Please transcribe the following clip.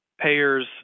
payers